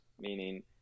meaning